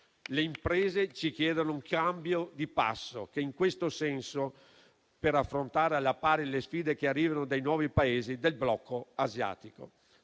Le imprese ci chiedono un cambio di passo per affrontare alla pari le sfide che arrivano dai nuovi Paesi del blocco asiatico.